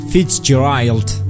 Fitzgerald